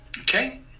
Okay